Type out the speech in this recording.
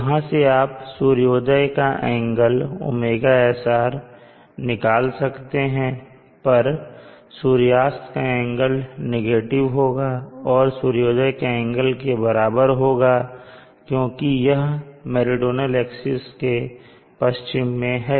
यहां से आप सूर्योदय का एंगल ωSR निकाल सकते हैं पर सूर्यास्त का एंगल नेगेटिव होगा और सूर्योदय के एंगल के बराबर होगा क्योंकि यह मेरीडोनल एक्सिस के पश्चिम में है